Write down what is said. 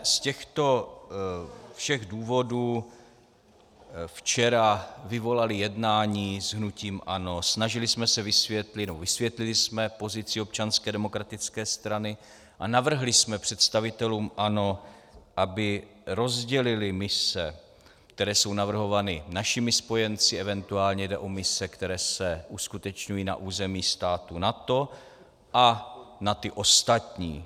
Z těchto všech důvodů jsme včera vyvolali jednání s hnutím ANO, snažili jsme se vysvětlit, nebo vysvětlili jsme pozici Občanské demokratické strany a navrhli jsme představitelům ANO, aby rozdělili mise, které jsou navrhovány našimi spojenci, eventuálně jde o mise, které se uskutečňují na území států NATO, a na ty ostatní.